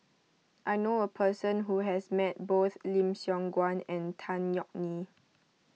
I know a person who has met both Lim Siong Guan and Tan Yeok Nee